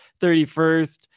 31st